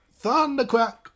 Thundercrack